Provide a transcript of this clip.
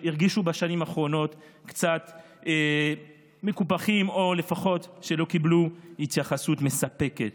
שהרגישו בשנים האחרונות קצת מקופחים או שלא קיבלו התייחסות מספקת.